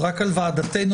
הוועדה.